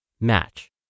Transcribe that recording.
match